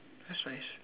that's nice